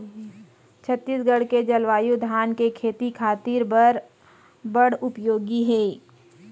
छत्तीसगढ़ के जलवायु धान के खेती खातिर बर बड़ उपयोगी हे